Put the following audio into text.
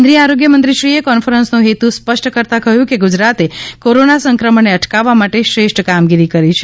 કેન્દ્રીય આરોગ્યમંત્રીશ્રીએ કોન્ફરન્સનો હેતુ સ્પષ્ટ કરતાં કહ્યું કે ગુજરાતે કોરોનાના સંક્રમણને અટકાવવા માટે શ્રેષ્ઠ કામગીરી કરી છે